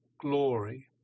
glory